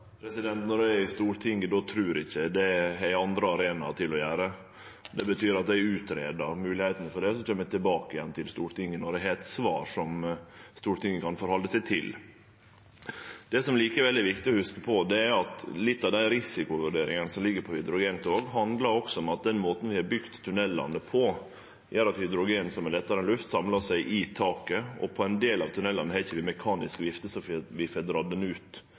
Når eg er i Stortinget, då trur eg ikkje. Det har eg andre arenaer til. Det betyr at eg greier ut moglegheitene for det, og at eg kjem tilbake til Stortinget når eg har eit svar som Stortinget kan halde seg til. Det som likevel er viktig å hugse på, er at litt av dei risikovurderingane som ligg på hydrogentog handlar også om at måten tunellane er bygde på, gjer at hydrogen, som er lettare enn luft, samlar seg i taket. Ein del av tunellane har ikkje mekanisk vifte som får drege det ut.